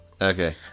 Okay